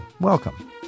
welcome